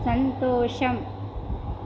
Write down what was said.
సంతోషం